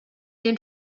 den